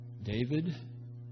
David